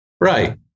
Right